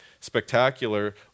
spectacular